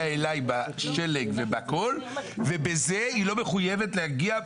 אלי בשלג ובזה היא לא מחויבת להגיע?